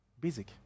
Basic